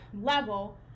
level